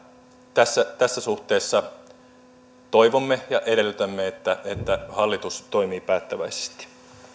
tässä tässä suhteessa toivomme ja edellytämme että että hallitus toimii päättäväisesti